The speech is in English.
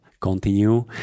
continue